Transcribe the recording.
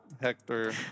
Hector